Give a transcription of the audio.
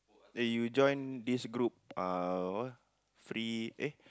they you join this group ah apa free eh